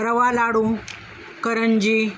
रवा लाडू करंजी